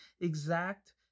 exact